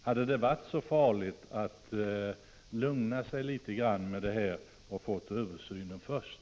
Hade det varit så farligt att lugna sig litet grand och få översynen först?